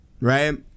Right